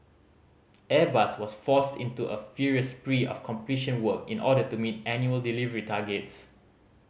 airbus was forced into a furious spree of completion work in order meet annual delivery targets